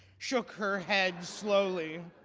shook her head slowly.